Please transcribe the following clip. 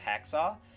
hacksaw